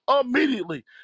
immediately